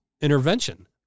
intervention